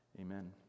amen